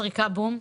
מתי זה שריקה בום.